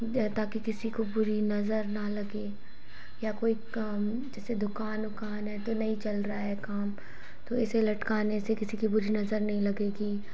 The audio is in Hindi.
ताकि किसी को बुरी नज़र ना लगे या कोई काम जैसे दुकान उकान है तो नहीं चल रहा है काम तो इसे लटकाने से किसी की बुरी नज़र नहीं लगेगी